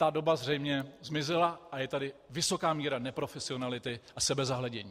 Ta doba zřejmě zmizela a je tady vysoká míra neprofesionality a sebezahledění.